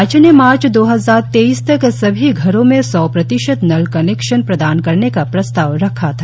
राज्य ने मार्च दो हजार तेईस तक सभी घरों में सौ प्रतिशत नल कनेक्शन प्रदान करने का प्रस्ताव रखा था